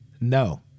no